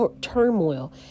turmoil